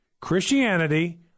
Christianity